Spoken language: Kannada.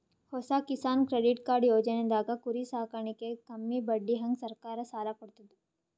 ಹೊಸ ಕಿಸಾನ್ ಕ್ರೆಡಿಟ್ ಕಾರ್ಡ್ ಯೋಜನೆದಾಗ್ ಕುರಿ ಸಾಕಾಣಿಕೆಗ್ ಕಮ್ಮಿ ಬಡ್ಡಿಹಂಗ್ ಸರ್ಕಾರ್ ಸಾಲ ಕೊಡ್ತದ್